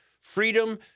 freedom